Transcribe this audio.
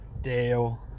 Dale